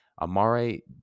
Amare